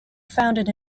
founded